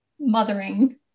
mothering